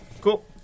Cool